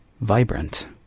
vibrant